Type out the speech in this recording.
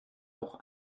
auch